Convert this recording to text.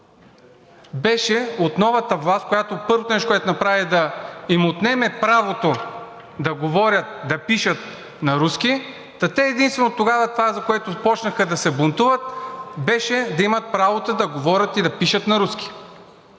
от новата власт, а първото нещо, което направи, беше да им отнеме правото да говорят и да пишат на руски, та единствено тогава, за което започнаха да се бунтуват, беше да имат правото да говорят и да пишат на руски.